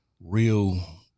real